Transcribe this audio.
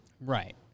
Right